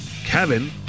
Kevin